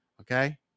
okay